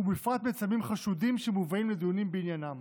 ובפרט מצלמים חשודים שמובאים לדיונים בעניינם.